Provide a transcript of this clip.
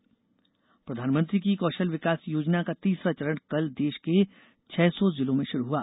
कौशल विकास प्रधानमंत्री की कौशल विकास योजना का तीसरा चरण कल देश के छह सौ जिलों में शुरू हुआ